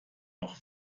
auch